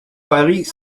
paris